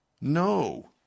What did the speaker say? No